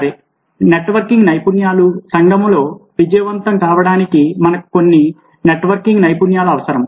సరే నెట్వర్కింగ్ నైపుణ్యాలు సంఘంలో విజయవంతం కావడానికి మనకు కొన్ని నెట్వర్కింగ్ నైపుణ్యాలు అవసరం